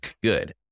good